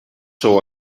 sou